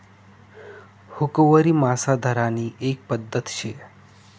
हुकवरी मासा धरानी एक पध्दत शे